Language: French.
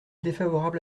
défavorable